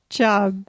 job